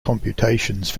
computations